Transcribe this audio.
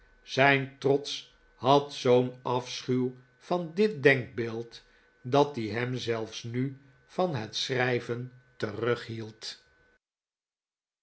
zijn trots had zoo'n afschuw van dit denkbeeld dat die hem zelfs nu van het schrijven